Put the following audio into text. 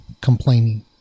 complaining